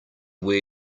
where